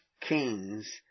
kings